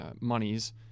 monies